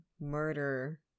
murder